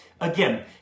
Again